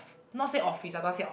not say office I don't want say off~